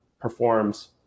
performs